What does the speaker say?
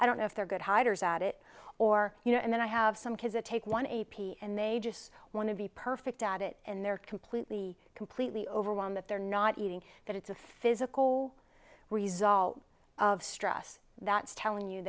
i don't know if they're good hiders at it or you know and then i have some kids that take one a p and they just want to be perfect at it and they're completely completely overwhelmed that they're not eating that it's a physical result of stress that's telling you